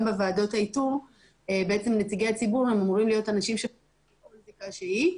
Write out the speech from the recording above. גם בוועדות האיתור נציגי הציבור אמורים להיות אנשים ללא זיקה שהיא.